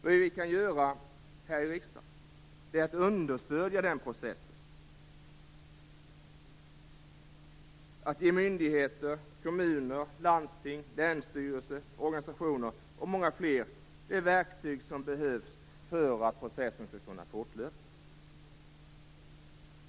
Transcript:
Det vi kan göra här i riksdagen är att understödja den processen, att ge myndigheter, kommuner, landsting, länsstyrelser, organisationer och många fler de verktyg som behövs för att processen skall kunna fortlöpa.